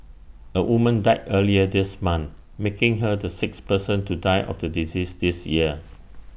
A woman died earlier this month making her the sixth person to die of the disease this year